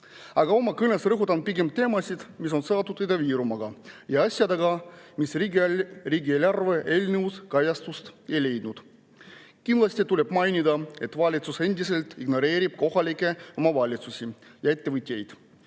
Aga oma kõnes rõhutan pigem teemasid, mis on seotud Ida-Virumaaga ja asjadega, mis riigieelarve eelnõus kajastust ei leidnud. Kindlasti tuleb mainida, et valitsus endiselt ignoreerib kohalikke omavalitsusi ja ettevõtjaid.